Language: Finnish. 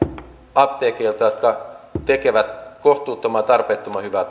apteekeilta jotka tekevät kohtuuttoman ja tarpeettoman hyvää